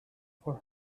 for